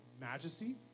Majesty